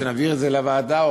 שנעביר את זה לוועדה,